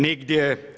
Nigdje.